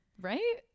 Right